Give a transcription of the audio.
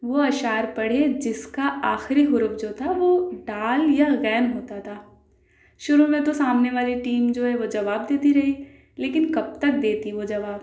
وہ اشعار پڑھے جس کا آخری حرف جو تھا وہ ڈ یا غ ہوتا تھا شروع میں تو سامنے والی ٹیم جو ہے وہ جواب دیتی رہی لیکن کب تک دیتی وہ جواب